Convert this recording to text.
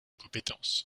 compétence